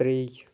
ترٛےٚ